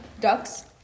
ducks